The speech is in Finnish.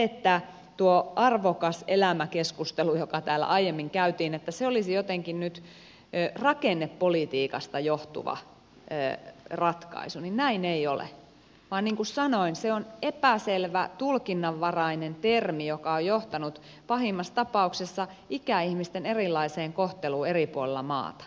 mutta kun arvokas elämä keskustelussa joka täällä aiemmin käytiin sanottiin että se olisi jotenkin nyt rakennepolitiikasta johtuva ratkaisu niin näin ei ole vaan niin kuin sanoin se on epäselvä tulkinnanvarainen termi joka on johtanut pahimmassa tapauksessa ikäihmisten erilaiseen kohteluun eri puolilla maata